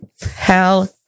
Hell